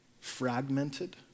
fragmented